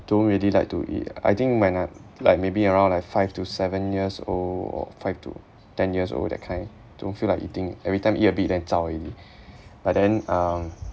don't really like to eat I think when I'm like maybe around like five to seven years old or five to ten years old that kind don't feel like eating every time eat a bit then zao already but then um